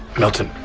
milton,